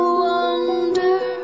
wonder